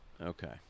Okay